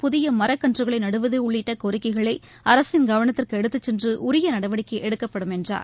புதிய மரக்கன்றுகளை நடுவது உள்ளிட்ட கோரிக்கைகளை அரசின் கவனத்திற்கு எடுத்துச்சென்று உரிய நடவடிக்கை எடுக்கப்படும் என்றார்